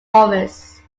office